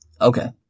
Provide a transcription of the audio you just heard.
Okay